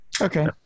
okay